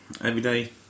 everyday